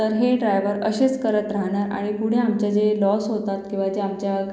तर हे ड्रायवर असेच करत राहणार आणि पुढे आमचे जे लॉस होतात किंवा जे आमच्या